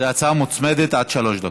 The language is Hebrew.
זאת הצעה מוצמדת, עד שלוש דקות.